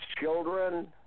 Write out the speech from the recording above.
children